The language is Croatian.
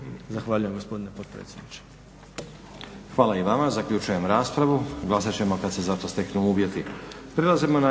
Zahvaljujem gospodine potpredsjedniče. **Stazić, Nenad (SDP)** Hvala i vama. Zaključujem raspravu. Glasat ćemo kad se za to steknu uvjeti.